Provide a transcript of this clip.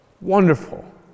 Wonderful